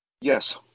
Yes